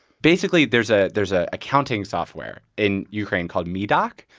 basically, there's ah there's a accounting software in ukraine called medoc.